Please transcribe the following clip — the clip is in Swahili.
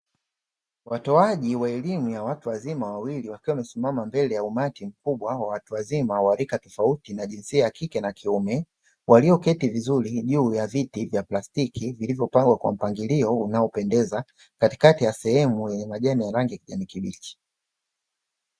Watoaji wa elimu ya watu wazima wawili wakiwa wamesimama mbele ya umati mkubwa wa watu wazima wa rika tofauti na jinsia ya kike na kiume. Walioketi vizuri juu ya viti vya plastiki vilivyopangwa kwa mpangilio unaopendeza katikati ya sehemu yenye majani ya rangi ya kijani kibichi.